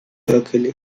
luckily